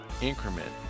increment